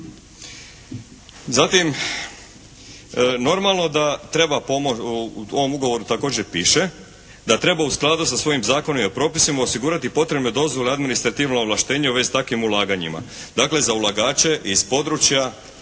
Zatim normalno da treba u ovom ugovoru također piše da treba u skladu sa svojim zakonima i propisima osigurati potrebne dozvole administrativno ovlaštenje u vezi s takvim ulaganjima. Dakle za ulagače iz područja,